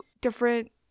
different